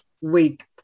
week